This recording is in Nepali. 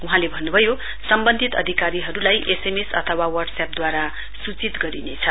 वहाँले भन्नभयो सम्वन्धित अधिकारीहरूलाई एसएमएस अथवा वाट्सएप द्वारा सूचित गरिनेछ